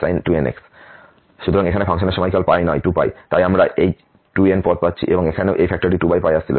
সুতরাং এখানে ফাংশনের সময়কাল নয় 2π তাই আমরা এই 2n পদ পাচ্ছি এবং এখানেও এই ফ্যাক্টর 2 আসছিল